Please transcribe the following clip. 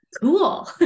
Cool